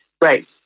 Right